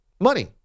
money